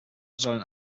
sollen